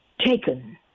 taken